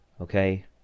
okay